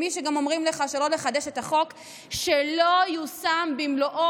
הם מי שגם אומרים לך שלא לחדש את החוק שלא יושם במלואו.